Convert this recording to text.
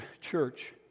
church